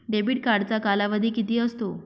Debit कार्डचा कालावधी किती असतो?